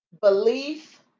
Belief